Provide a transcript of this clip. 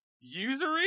usury